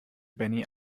benny